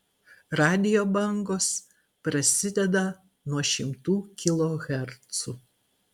radijo bangos prasideda nuo šimtų kilohercų